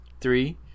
Three